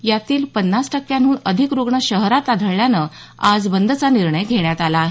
यातील पन्नास टक्यांहून अधिक रुग्ण शहरात आढळल्यानं आज बंदचा निर्णय घेण्यात आला आहे